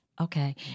Okay